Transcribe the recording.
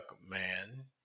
man